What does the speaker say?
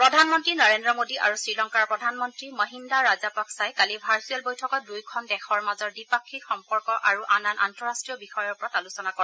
প্ৰধানমন্ত্ৰী নৰেন্দ্ৰ মোডী আৰু শ্ৰীলংকাৰ প্ৰধানমন্ত্ৰী মহিন্দা ৰাজাপাকচাই কালি ভাৰ্চুৱেল বৈঠকত দুয়োখন দেশৰ মাজৰ দ্বিপাক্ষিক সম্পৰ্ক আৰু আন আন আন্তঃৰাষ্ট্ৰীয় বিষয়ৰ ওপৰত আলোচনা কৰে